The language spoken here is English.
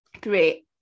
Great